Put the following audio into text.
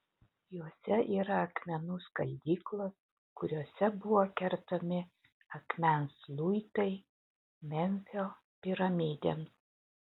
juose yra akmenų skaldyklos kuriose buvo kertami akmens luitai memfio piramidėms